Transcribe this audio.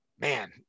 man